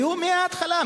היו מההתחלה,